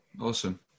Awesome